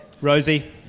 Rosie